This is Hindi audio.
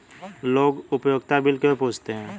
लोग उपयोगिता बिल क्यों पूछते हैं?